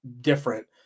different